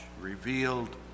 revealed